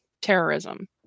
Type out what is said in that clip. terrorism